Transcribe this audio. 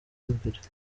imbere